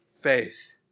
faith